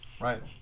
Right